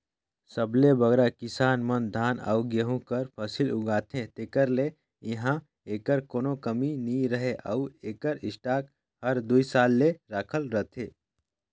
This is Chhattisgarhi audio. सबले बगरा किसान मन धान अउ गहूँ कर फसिल उगाथें तेकर ले इहां एकर कोनो कमी नी रहें अउ एकर स्टॉक हर दुई साल ले रखाल रहथे